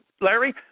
Larry